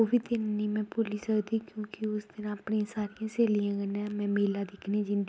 ओह्बी दिन में नी भुल्ली सकदी क्योंकि उस दिन सारियें स्हेलियैं कन्नैं में मेला दिक्खनें गी जंदी